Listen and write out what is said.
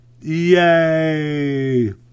yay